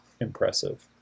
impressive